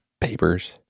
papers